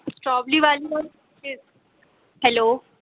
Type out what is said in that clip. strawberry वाली फिर hello